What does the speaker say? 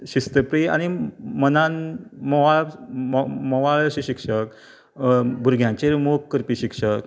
शिस्तप्रीय आनी मनांत मोवाळ म्हो् म्होवाळ अशें शिक्षक भुरग्यांचेर मोग करपी शिक्षक